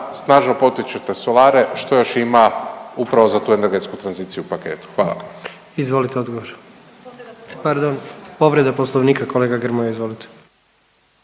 snažno potičete solare. Što još ima upravo za tu energetsku tranziciju u paketu? Hvala. **Jandroković, Gordan (HDZ)** Hvala. Izvolite odgovor. Pardon, povreda Poslovnika kolega Grmoja. Izvolite.